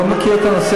אני לא מכיר את הנושא.